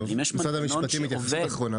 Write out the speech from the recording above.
משרד המשפטים, התייחסות אחרונה?